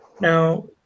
now